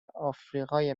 آفریقای